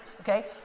Okay